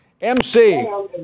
MC